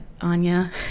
Anya